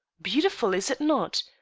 beautiful, is it not?